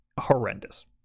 horrendous